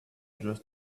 just